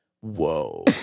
Whoa